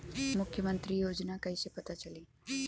मुख्यमंत्री योजना कइसे पता चली?